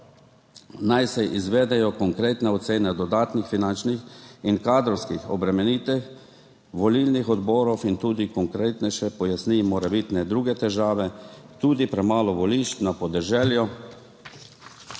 naj se izvedejo konkretne ocene dodatnih finančnih in kadrovskih obremenitev volilnih odborov in tudi konkretnejše pojasni morebitne druge težave, tudi premalo volišč na podeželju,